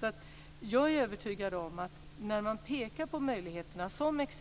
Jag är alltså övertygad om att när man pekar på möjligheterna, t.ex.